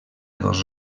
dos